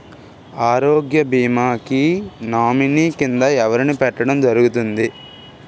ఆరోగ్య భీమా కి నామినీ కిందా ఎవరిని పెట్టడం జరుగతుంది?